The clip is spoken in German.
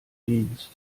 dienst